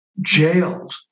jailed